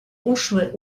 uszły